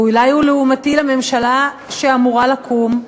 ואולי הוא לעומתי לממשלה שאמורה לקום?